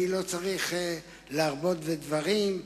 אני לא צריך להרבות בדברים,